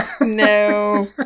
No